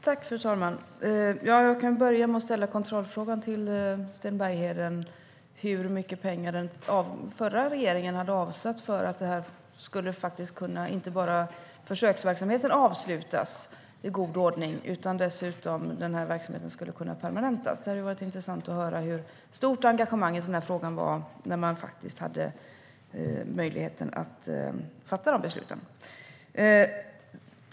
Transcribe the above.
Fru talman! Jag kan börja med att ställa en kontrollfråga till Sten Bergheden: Hur mycket pengar hade den förra regeringen avsatt för att inte bara försöksverksamheten skulle kunna avslutas i god ordning utan också verksamheten skulle kunna permanentas? Det hade varit intressant att höra hur stort engagemanget i frågan var när man faktiskt hade möjlighet att fatta de besluten.